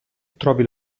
trovi